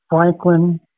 Franklin